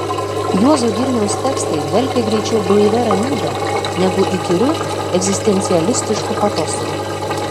juozo girniaus tekstai dvelkė greičiau blaivia ramybe negu įkyriu egzistencialistišku patosu